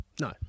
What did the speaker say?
No